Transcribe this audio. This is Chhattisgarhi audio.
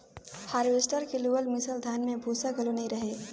हारवेस्टर के लुअल मिसल धान में भूसा घलो नई रहें